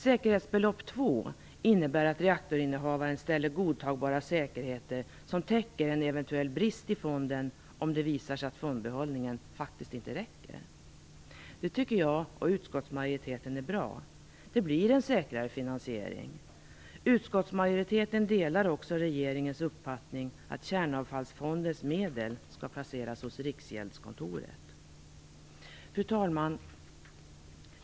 Säkerhetsbelopp II innebär att reaktorinnehavaren ställer godtagbara säkerheter som täcker en eventuell brist i fonden om det visar sig att fondbehållningen faktiskt inte räcker. Det tycker jag och utskottsmajoriteten är bra. Det blir en säkrare finansiering. Utskottsmajoriteten delar också regeringens uppfattning att Kärnavfallsfondens medel skall placeras hos Riksgäldskontoret. Fru talman!